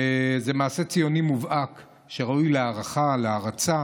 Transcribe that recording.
וזה מעשה ציוני מובהק שראוי להערכה, להערצה.